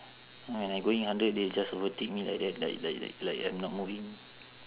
when I going under they just overtake me like that like like like I'm not moving